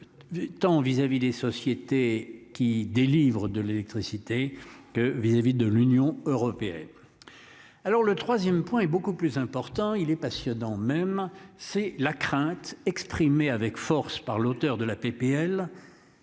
tant vis-à-vis des sociétés qui délivrent de l'électricité. Vis-à-vis de l'Union européenne. Alors le 3ème point est beaucoup plus important, il est passionnant même c'est la crainte exprimée avec force par l'auteur de la PPL